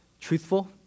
truthful